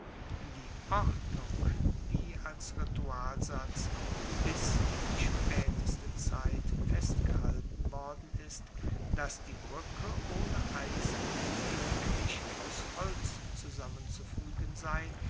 die ordnung die als ritualsatz bis in die spaeteste zeit festgehalten worden ist dass die bruecke ohne eisen lediglich aus holz zusammenzufuegen sei